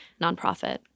nonprofit